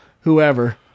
Whoever